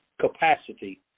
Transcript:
capacity